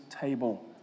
table